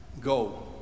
Go